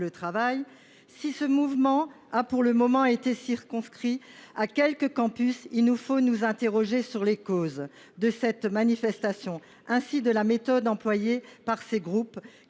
travail. Si ce mouvement a pour le moment été circonscrit à quelques campus, il faut nous interroger sur les causes de ces manifestations, ainsi que sur la méthode employée par ces groupes, qui